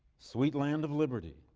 sweet land of liberty